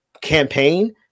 campaign